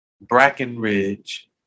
Brackenridge